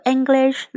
English